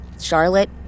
Charlotte